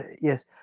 Yes